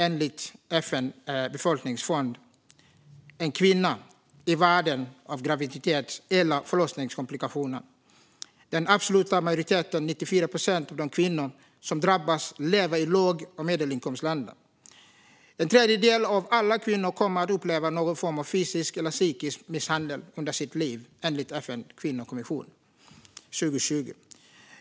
Enligt FN:s befolkningsfond dör en kvinna varannan minut i världen av graviditets eller förlossningskomplikationer. Den absoluta majoriteten - 94 procent - av de kvinnor som drabbas lever i låg och medelinkomstländer. En tredjedel av alla kvinnor kommer att uppleva någon form av fysisk eller psykisk misshandel under sitt liv enligt FN:s kvinnokommission, 2020.